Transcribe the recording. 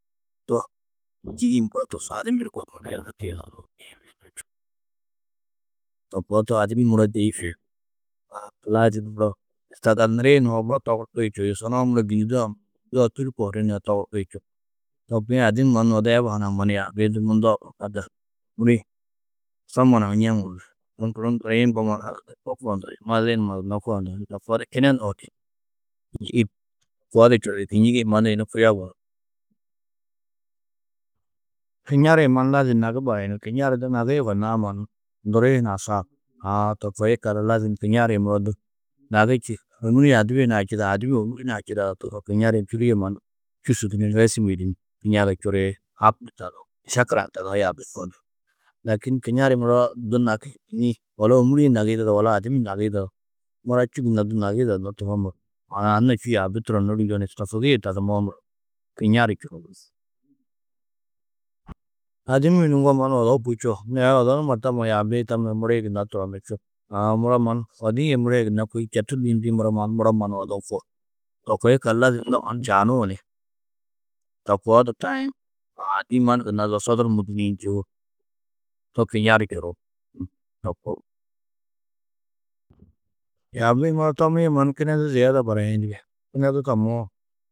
To adimmi ni to koo tohoo adimmi muro, dêif, aã lazim muro istaadalniri nuwo, muro togurki čuo. Yusonu-ã muro gînidu-ã zaga dûli kogiri nuwo togurki čuo. To kuĩ adimmi mannu odu eba hunã mannu yaabi-ĩ du munduo bakaddu soma nuã neŋuũ, yunu guru duriĩ, mbo mannu maziĩ ni mazunó koo, yunu to koo di kinenuũ ni kînjigi to koo di čurui. Kînjigi-ĩ mannu yunu kuyo gunú. Kiŋari-ĩ mannu lazim nagi barayini. Kiŋari du nagi yugonnãá mannu ndurii hunã saab. Aã to koi yikallu lazim kiŋari-ĩ muro du nagi čî. Ômuri-ĩ adibi hunã ha čidaa, adimmi ômuri hunã ha čidaado tohoo, kiŋari-ĩ čurîe mannu, čûsu du ni rêsmii du ñadu čurii. mešekila ni taduú yaabi nduma du. Lakîn kiŋari muro du nagi kînniĩ, wala ômuri nagi yidado, wala adimmi nagi yidado. Mura čû gunna du nagi yidadunnó tohoo muro, maanaa anna čû yaabi turonnu du njûwo ni tofokîe tadumoó muro kiŋari čuruú. Adimmi ni ŋgo odo bui čuo. Nû aya odo numa tamma yaabi-ĩ tamma muro yê gunna turonnu čuo. Aã, muro mannu odi-ĩ yê muro yê gunna kôi četu lûyindi muro mannu, muro mannu odo koo. To koo yikallu lazim, unda mannu čaanuũ ni to koo di taĩ. Aa dîiman gunna zo sodur mui dunîĩ njûwo, to kiŋari čuruú. To koo, Yaabi-ĩ muro tomiĩ mannu kinedu ziyeda barayini nige, kinedu tamoo.